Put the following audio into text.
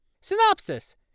Synopsis